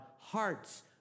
hearts